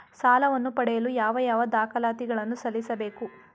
ಸಾಲವನ್ನು ಪಡೆಯಲು ಯಾವ ಯಾವ ದಾಖಲಾತಿ ಗಳನ್ನು ಸಲ್ಲಿಸಬೇಕು?